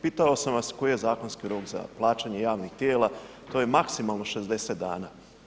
Pitao sam vas koji je zakonski rok za plaćanje javnih tijela, to je maksimalno 60 dana.